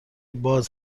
باز